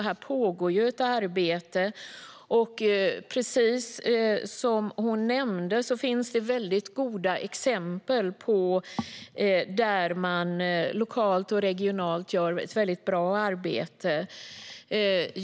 Här pågår ett arbete, och precis som hon nämnde finns det väldigt goda exempel där man lokalt och regionalt gör ett väldigt bra arbete.